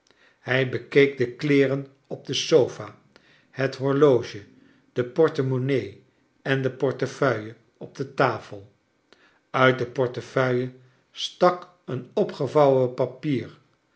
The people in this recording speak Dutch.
hij bekeek de kleeren op de sofa net horloge de portemonnaie en de portefeuille op de tafel uit de portefeuille stak een opgevouwen papier